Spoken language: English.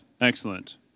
excellent